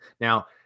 Now